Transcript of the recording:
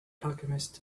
alchemist